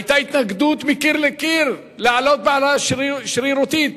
היתה התנגדות מקיר לקיר להעלות העלאה שרירותית.